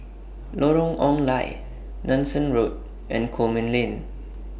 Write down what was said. Lorong Ong Lye Nanson Road and Coleman Lane